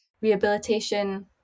rehabilitation